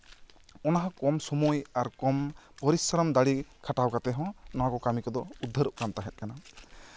ᱚᱱᱟᱦᱚᱸ ᱠᱚᱢ ᱥᱚᱢᱚᱭ ᱟᱨ ᱠᱚᱢ ᱯᱚᱨᱤᱥᱚᱨᱚᱢ ᱫᱟᱲᱮ ᱠᱷᱟᱴᱟᱣ ᱠᱟᱛᱮᱜ ᱦᱚᱸ ᱱᱚᱣᱟ ᱠᱚ ᱠᱟᱹᱢᱤ ᱠᱚᱫᱚ ᱩᱫᱽᱫᱷᱟᱹᱨᱚᱜ ᱠᱟᱱ ᱛᱟᱦᱮᱸᱜ ᱠᱟᱱᱟ